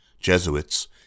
Jesuits